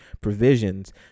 provisions